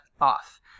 off